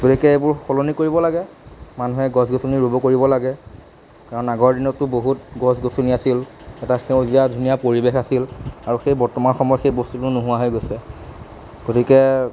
গতিকে এইবোৰ সলনি কৰিব লাগে মানুহে গছ গছনি ৰুব কৰিব লাগে কাৰণ আগৰ দিনতটো বহুত গছ গছনি আছিল এটা সেউজীয়া ধুনীয়া পৰিৱেশ আছিল আৰু সেই বৰ্তমান সময়ত সেই বস্তুটো নোহোৱা হৈ গৈছে গতিকে